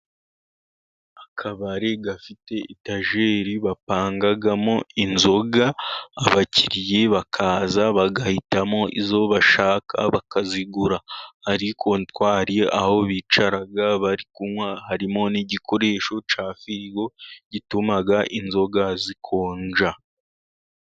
Akabari gafite itajeri bapangamo inzoga, abakiriye bakaza bagahitamo izo bashaka bakazigura. Hari kontwari aho bicara bari kunywa, harimo n'igikoresho cya firigo gituma inzoga zikonja.